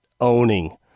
owning